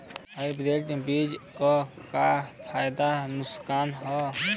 Hybrid बीज क का फायदा नुकसान ह?